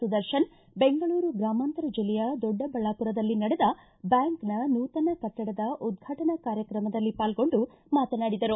ಸುದರ್ಶನ್ ದೆಂಗಳೂರು ಗ್ರಮಾಂತರ ಜಿಲ್ಲೆಯ ದೊಡ್ಡಬಳ್ಳಾಪುರದಲ್ಲಿ ನಡೆದ ಬ್ಚಾಂಕ್ನ ನೂತನ ಕಟ್ಟಡದ ಉದ್ವಾಟನಾ ಕಾರ್ಯಕ್ರಮದಲ್ಲಿ ಪಾಲ್ಗೊಂಡು ಮಾತನಾಡಿದರು